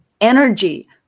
energy